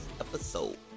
episode